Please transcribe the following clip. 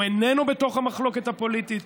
הוא איננו בתוך המחלוקת הפוליטית.